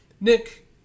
Nick